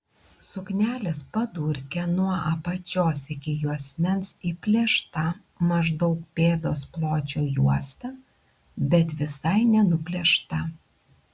suknelės padurke nuo apačios iki juosmens įplėšta maždaug pėdos pločio juosta bet visai nenuplėšta